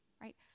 right